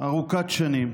ארוכת שנים,